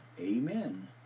Amen